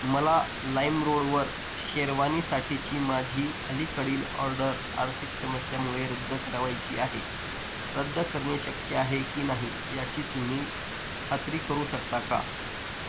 मला लाईमरोडवर शेरवानीसाठीची माझी अलीकडील ऑर्डर आर्थिक समस्यामुळे रद्द करावयाची आहे रद्द करणे शक्य आहे की नाही याची तुम्ही खात्री करू शकता का